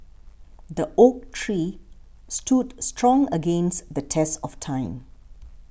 the oak tree stood strong against the test of time